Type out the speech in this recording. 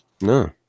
No